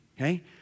okay